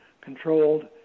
controlled